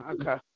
okay